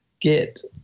get